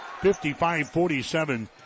55-47